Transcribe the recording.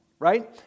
Right